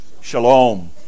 Shalom